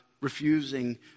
refusing